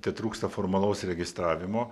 tetrūksta formalaus įregistravimo